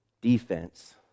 Defense